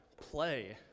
play